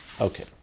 Okay